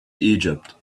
egypt